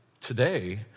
today